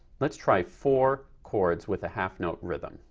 let's try four chords with a half note rhythm.